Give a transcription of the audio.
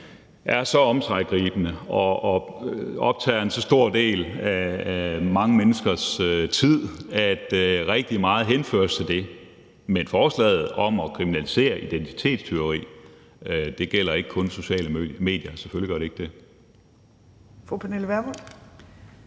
er så omsiggribende og tager så stor en del af mange menneskers tid, at rigtig meget henføres til det. Men forslaget om at kriminalisere identitetstyveri gælder ikke kun sociale medier. Selvfølgelig gør det ikke det.